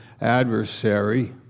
adversary